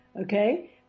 okay